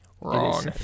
Wrong